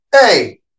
hey